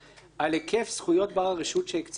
על היקף זכויות בר-הרשות שהקצתה,